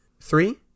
three